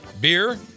beer